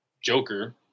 Joker